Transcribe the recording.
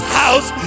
house